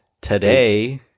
today